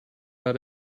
out